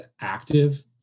active